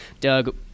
Doug